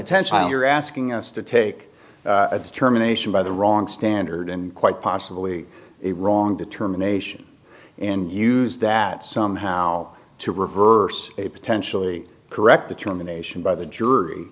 potential you're asking us to take a determination by the wrong standard and quite possibly a wrong determination and use that somehow to reverse potentially correct that your nation by the jury